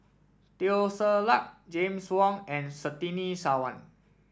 Teo Ser Luck James Wong and Surtini Sarwan